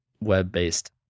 web-based